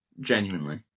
genuinely